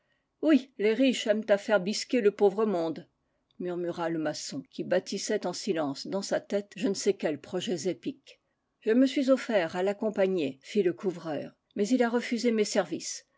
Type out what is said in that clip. oui les riches aiment à faire bisquer le pauvre monde murmura le maçon qui bâtissait en silence dans sa tête je ne sais quels projets épiques je me suis offert à l'accompagner fit le couvreur mais il a refusé mes services